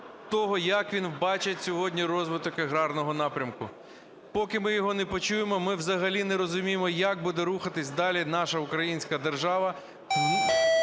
як він бачить сьогодні розвиток аграрного напрямку. Поки ми його не почуємо, ми взагалі не розуміємо, як буде рухатися далі наша українська держава